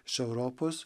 iš europos